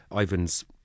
Ivan's